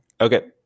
okay